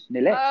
Nile